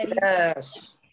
Yes